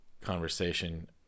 conversation